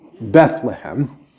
Bethlehem